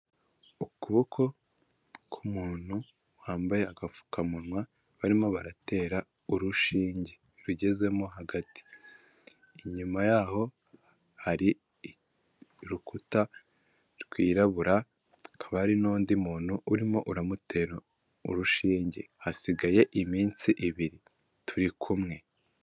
Ukuboko k'umuntu wambaye agapfukamunwa barimo baratera urushinge rugezemo hagati, inyuma yaho hari urukuta rwirabura, hakaba hari n'undi muntu urimo uramutera urushinge, hasigaye iminsi ibiri turi kumwe.